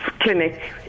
clinic